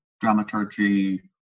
dramaturgy